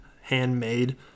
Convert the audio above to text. handmade